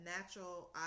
natural